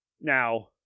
Now